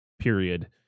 period